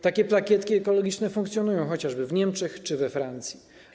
Takie plakietki ekologiczne funkcjonują chociażby w Niemczech czy we Francji.